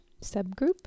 Subgroup